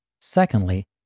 Secondly